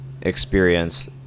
experience